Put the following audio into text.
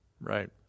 Right